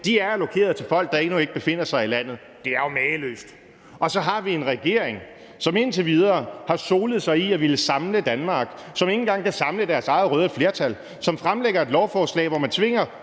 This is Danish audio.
er allokeret til folk, der endnu ikke befinder sig i landet. Det er jo mageløst. Så har vi en regering, som indtil videre har solet sig i at ville samle Danmark, som ikke engang kan samle deres eget røde flertal, som fremsætter et lovforslag, hvor man tvinger